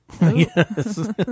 Yes